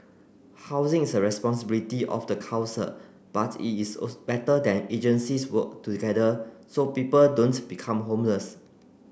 housing is the responsibility of the council but it is also better that agencies work together so people don't become homeless